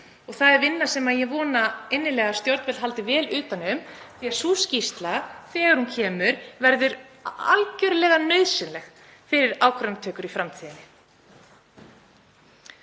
Það er vinna sem ég vona innilega að stjórnvöld haldi vel utan um og sú skýrsla, þegar hún kemur, verður algjörlega nauðsynleg fyrir ákvarðanatöku í framtíðinni.